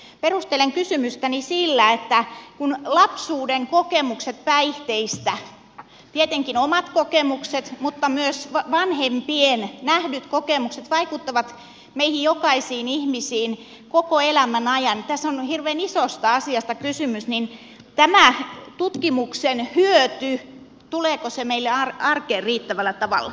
perustelen kysymystäni sillä että kun lapsuuden kokemukset päihteistä tietenkin omat kokemukset mutta myös vanhempien nähdyt kokemukset vaikuttavat meihin jokaiseen ihmiseen koko elämän ajan tässä on hirveän isosta asiasta kysymys niin tuleeko tämä tutkimuksen hyöty meille arkeen riittävällä tavalla